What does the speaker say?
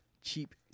cheap